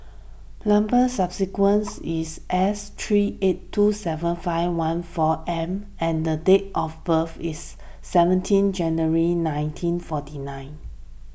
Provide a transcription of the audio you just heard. number subsequence is S three eight two seven five one four M and date of birth is seventeen January nineteen forty nine